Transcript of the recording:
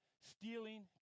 stealing